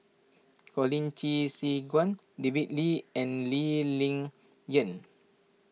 Colin Qi Zhe Quan David Lee and Lee Ling Yen